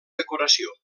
decoració